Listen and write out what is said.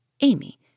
Amy